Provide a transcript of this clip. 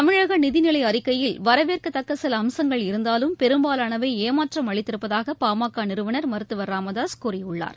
தமிழக நிதிநிலை அறிக்கையில் வரவேற்கத்தக்க சில அம்சங்கள் இருந்தாலும் பெரும்பாவானவை ஏமாற்றம் அளித்திருப்பதாக பாமக நிறுவனர் மருத்துவர் ச ராமதாசு கூறியுள்ளார்